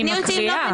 תקני אותי אם לא.